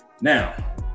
Now